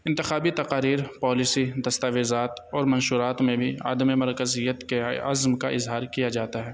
انتخابی تقاریر پالیسی دستاویزات اور منشورات میں بھی عدم مرکزیت کے عزم کا اظہار کیا جاتا ہے